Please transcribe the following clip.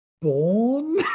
born